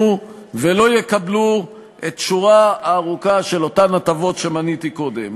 ולא יקבלו את השורה הארוכה של אותן הטבות שמניתי קודם,